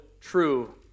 true